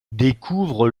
découvre